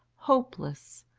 hopeless,